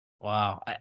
Wow